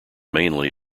mainly